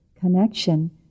connection